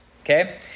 Okay